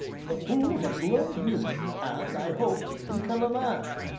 the fool has learned wisdom, and, i hope, become a man.